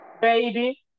baby